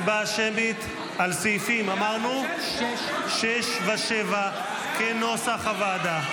הצבעה שמית על סעיפים 6 ו-7, כנוסח הוועדה.